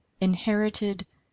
inherited